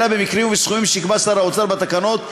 אלא במקרים ובסכומים שיקבע שר האוצר בתקנות,